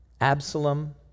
Absalom